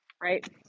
right